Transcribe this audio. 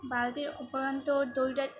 বালতির অপর প্রান্তের দড়িটায়